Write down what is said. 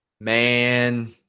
Man